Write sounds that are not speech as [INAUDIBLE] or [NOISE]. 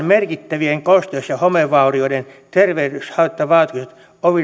[UNINTELLIGIBLE] merkittävien kosteus ja homevaurioiden terveyshaittavaikutukset